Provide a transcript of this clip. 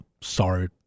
sorry